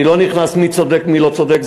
אני לא נכנס מי צודק מי לא צודק,